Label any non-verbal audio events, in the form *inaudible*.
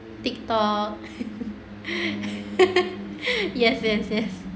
tiktok *laughs* yes yes yes